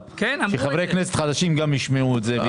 ושגם חברי כנסת חדשים ישמעו את זה.